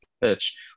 pitch